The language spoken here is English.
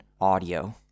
audio